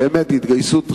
באמת התגייסות ראויה.